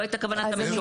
לא הייתה כוונת המשורר.